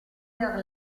der